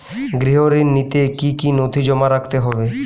গৃহ ঋণ নিতে কি কি নথি জমা রাখতে হবে?